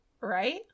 right